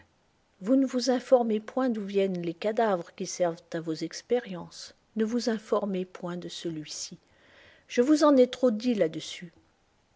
vous ne vous informez point d'où viennent les cadavres qui servent à vos expériences ne vous informez point de celui-ci je vous en ai trop dit là-dessus